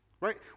right